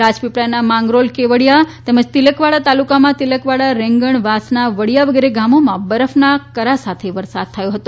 રાજાી ળાના મંગરોલ કેવડીયા તેમજ તિલકવાડા તાલુકામાં તિલકવાડા રેંગણ વાસણા વડીયા વગેરે ગામોમાં બરફના કરા સાથે વરસાદ થયોં હતો